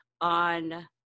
on